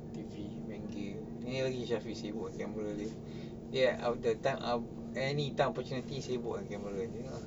T_V main game ni lagi shafie sibuk dengan camera dia anytime opportunity sibuk dengan camera tengok ah